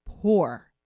poor